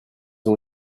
ont